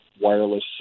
wireless